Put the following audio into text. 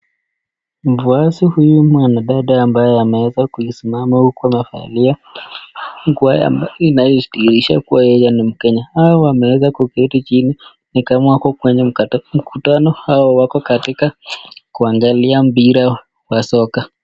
Basi huyu mwanadada ambaye ameweza kusimama huku amevalia nguo inayodhirisha kuwa yeye ni Mkenya. Hao wameweza kuketi chini. Ni kama wako kwenye mkutano ama wako katika kuangalia mpira wa soka.